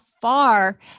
far